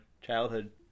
childhood